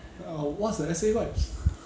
oh what's the S_A vibes